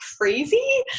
crazy